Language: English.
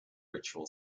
ritual